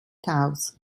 aus